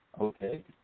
Okay